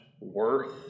worth